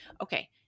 Okay